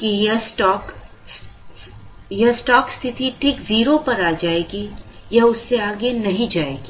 कि यह स्टॉक स्थिति ठीक 0 पर आ जाएगी यह उससे आगे नहीं जाएगी